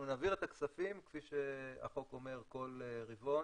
אנחנו נעביר את הכספים כפי שהחוק אומר כל רבעון